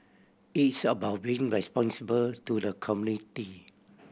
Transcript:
it's about being responsible to the community